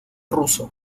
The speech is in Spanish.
ruso